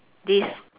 des~